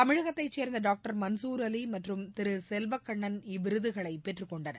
தமிழகத்தை சேர்ந்த டாக்டர் மன்சூர்அலி மற்றும் திரு செல்வக்கண்ணன் இவ்விருதுகளை பெற்றுக் கொண்டனர்